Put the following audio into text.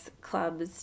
clubs